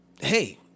hey